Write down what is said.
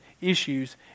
issues